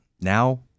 now